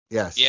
Yes